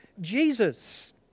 Jesus